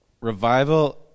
revival